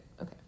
Okay